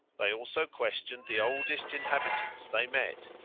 they also questioned the oldest inhabitants they met,